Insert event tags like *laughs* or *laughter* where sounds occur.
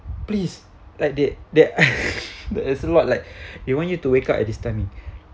please like they they *laughs* there is a lot like you want you to wake up at this timing